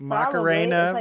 Macarena